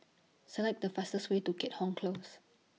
Select The fastest Way to Keat Hong Close